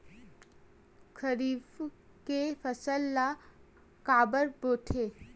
खरीफ के फसल ला काबर बोथे?